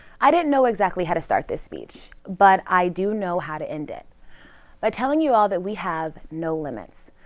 i don't know exactly how to start this speech but i do know how to end it by telling you all that we have no limits,